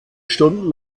stunden